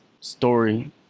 story